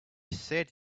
said